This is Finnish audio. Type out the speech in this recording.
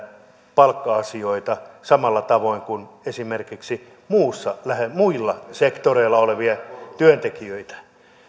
palkka asioita samalla tavoin kuin esimerkiksi muilla sektoreilla olevia työntekijöitä kun